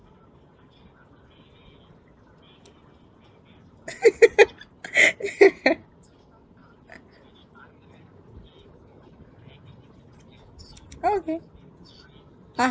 oh okay (uh huh)